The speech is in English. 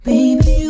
Baby